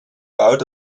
out